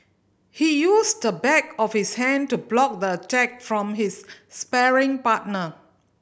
he used the back of his hand to block the attack from his sparring partner